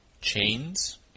chains